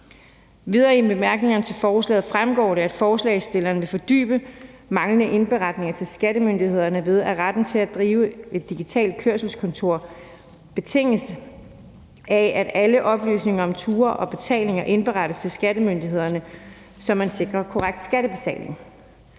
Videre i bemærkningerne til forslaget fremgår det, at forslagsstillerne vil fordybe manglende indberetninger til skattemyndighederne ved at retten til at drive et digitalt kørselskontor betinges af, at alle oplysninger om ture og betalinger indberettes til skattemyndighederne, så man sikrer korrekt skattebetaling.